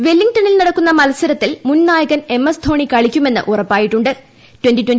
വെല്ലിംഗ്ടണിൽ നടക്കുന്ന മത്സരത്തിൽ മുൻ നായകൻ എം എസ് ധോണി കളിക്കുമെന്ന് ഉറപ്പായിട്ടു ്